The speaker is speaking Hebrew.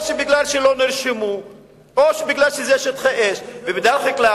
ומיהודים לא הופקעו לצורכי ציבור.